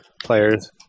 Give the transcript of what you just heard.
players